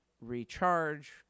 recharge